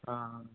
हां